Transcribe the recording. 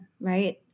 right